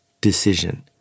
Decision